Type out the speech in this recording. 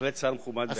בהחלט שר מכובד בעיני.